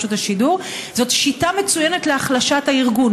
זאת שיטה מצוינת להחלשת הארגון,